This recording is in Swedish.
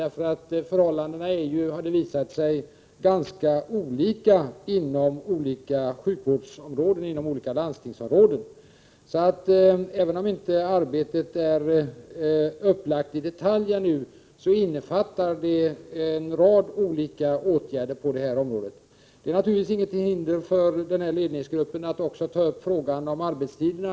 Det har ju visat sig att förhållandena är ganska olika inom olika landstingsområden. Även om inte arbetet ännu är upplagt i detalj, innefattar det en rad olika åtgärder på detta område. Det föreligger naturligtvis inga hinder för den här ledningsgruppen att också ta upp frågan om arbetstiderna.